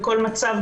בכל מצב,